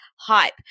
hype